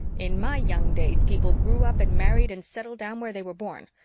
in my young days people grew up and married and settled down where they were born,